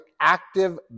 active